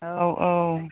औ औ